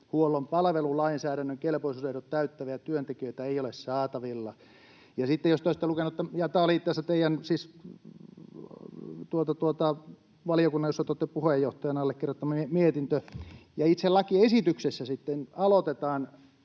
palvelulainsäädännön kelpoisuusehdot täyttäviä työntekijöitä ei ole saatavilla.” Tämä oli itse asiassa sen valiokunnan, jossa te olette puheenjohtajana, allekirjoittama mietintö. Itse lakiesityksessä sitten aloitetaan